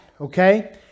okay